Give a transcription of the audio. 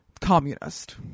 communist